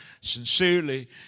sincerely